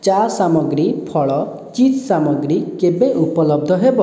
ଚା' ସାମଗ୍ରୀ ଫଳ ଚିଜ୍ ସାମଗ୍ରୀ କେବେ ଉପଲବ୍ଧ ହେବ